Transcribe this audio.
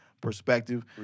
perspective